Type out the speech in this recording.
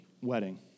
wedding